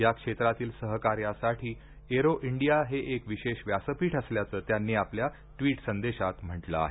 या क्षेत्रातील सहकार्यासाठी एरो इंडिया हे एक विशेष व्यासपीठ असल्याचं त्यांनी आपल्या ट्वीट संदेशात म्हटलं आहे